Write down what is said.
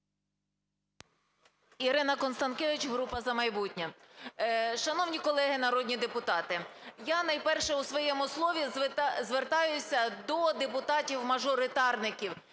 Ірина Констанкевич, група "За майбутнє". Шановні колеги народні депутати, я найперше у своєму слові звертаюся до депутатів-мажоритарників,